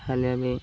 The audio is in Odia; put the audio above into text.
ହାଲିଆ ବି